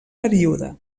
període